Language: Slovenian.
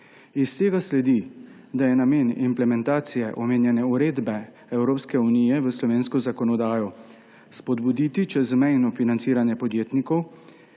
Iz tega sledi, da je namen implementacije omenjene uredbe Evropske unije v slovensko zakonodajo spodbuditi čezmejno financiranje podjetnikov,